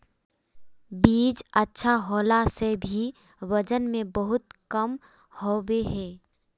बीज अच्छा होला से भी वजन में बहुत कम होबे है?